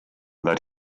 that